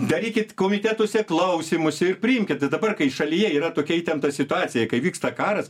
darykit komitetuose klausymus ir priimkit tai dabar kai šalyje yra tokia įtempta situacija kai vyksta karas